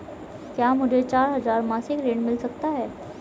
क्या मुझे चार हजार मासिक ऋण मिल सकता है?